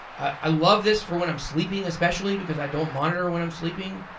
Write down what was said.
i love this for when i'm sleeping especially because i don't monitor when i'm sleeping.